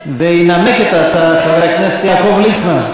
וינמק את ההצעה חבר הכנסת יעקב ליצמן.